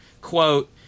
Quote